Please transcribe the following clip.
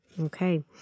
Okay